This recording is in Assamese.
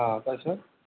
অঁ তাৰ পিছত